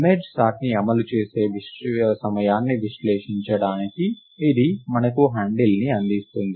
merge సార్ట్ని అమలు చేసే సమయాన్ని విశ్లేషించడానికి ఇది మనకు హ్యాండిల్ను అందిస్తుంది